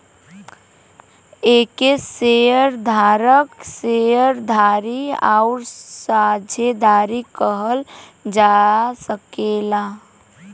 एके शेअर धारक, शेअर धारी आउर साझेदार कहल जा सकेला